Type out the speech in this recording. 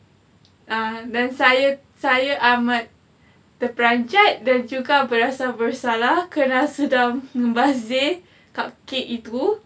err then saya saya amat terperanjat dan juga berasa serba salah kerana sudah membazir cupcake itu